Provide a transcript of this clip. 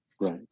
Right